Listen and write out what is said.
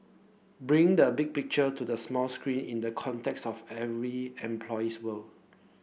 bringing the big picture to the small screen in the context of every employee's world